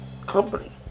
company